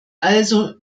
also